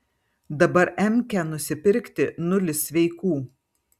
dabar emkę nusipirkti nulis sveikų